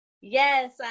Yes